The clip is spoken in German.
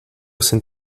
sind